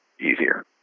easier